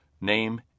name